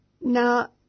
Now